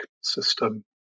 system